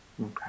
Okay